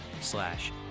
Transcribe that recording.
slash